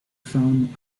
found